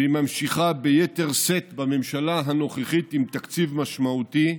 והיא ממשיכה ביתר שאת בממשלה הנוכחית עם תקציב משמעותי,